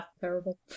terrible